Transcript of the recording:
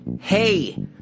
Hey